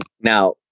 Now